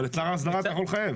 אבל את שר ההסדרה אתה יכול לחייב.